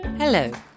Hello